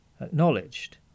acknowledged